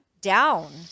down